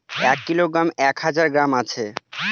এক কিলোগ্রামে এক হাজার গ্রাম আছে